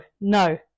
no